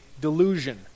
delusion